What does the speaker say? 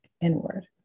inward